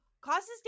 causes